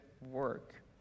work